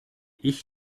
ich